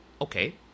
okay